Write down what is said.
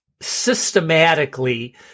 systematically